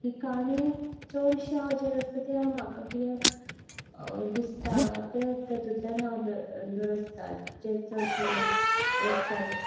ती काणी चडशी हांव रचतां ती हांव म्हाका कितें दिसतां तें तातूंतल्यान हांव रचतां जें चडशें रसता तें